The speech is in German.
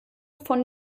von